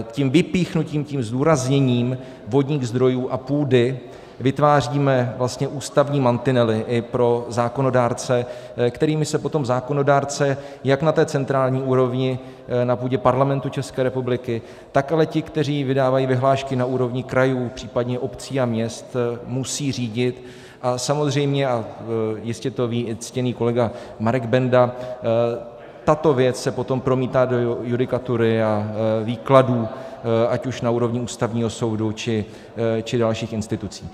Tím vypíchnutím, tím zdůrazněním vodních zdrojů a půdy vytváříme vlastně ústavní mantinely i pro zákonodárce, kterými se potom zákonodárce jak na centrální úrovni, na půdě Parlamentu ČR, tak ale ti, kteří vydávají vyhlášky na úrovni krajů, případně obcí a měst, musí řídit, a samozřejmě a jistě to ví i ctěný kolega Marek Benda tato věc se potom promítá do judikatury a výkladů ať už na úrovni Ústavního soudu, či dalších institucí.